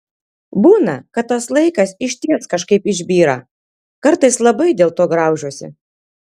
būna kad tas laikas išties kažkaip išbyra kartais labai dėlto graužiuosi